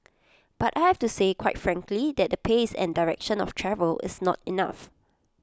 but I have to say quite frankly that the pace and direction of travel is not enough